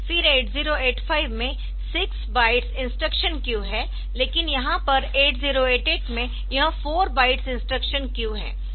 फिर 8085 में 6 bytes instruction queue है लेकिन यहाँ पर 8088 में यह 4 बाइट्स इंस्ट्रक्शन क्यू है